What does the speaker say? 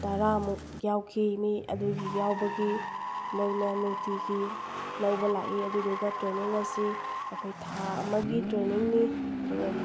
ꯇꯔꯥꯃꯨꯛ ꯌꯥꯎꯈꯤ ꯃꯤ ꯑꯗꯨꯒꯤ ꯌꯥꯎꯕꯒꯤ ꯃꯣꯏꯅ ꯅꯨꯡꯇꯤꯒꯤ ꯂꯧꯕ ꯂꯥꯛꯏ ꯑꯗꯨꯗꯨꯒ ꯇ꯭ꯔꯦꯅꯤꯡ ꯑꯁꯤ ꯑꯩꯈꯣꯏ ꯊꯥ ꯑꯃꯒꯤ ꯇ꯭ꯔꯦꯅꯤꯡꯅꯤ ꯑꯗꯨꯒ